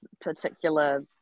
particular